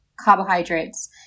carbohydrates